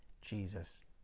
Jesus